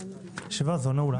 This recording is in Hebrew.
ישיבה זו נעולה.